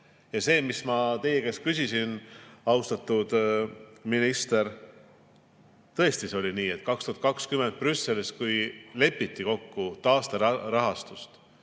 See, mis ma teie käest küsisin, austatud minister – tõesti, see oli nii, et 2020 Brüsselis, kui lepiti kokku taasterahastus,